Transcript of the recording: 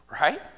right